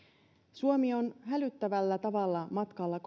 suomi on hälyttävällä tavalla matkalla